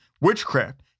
witchcraft